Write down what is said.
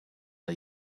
are